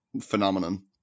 phenomenon